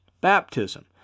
baptism